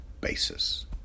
basis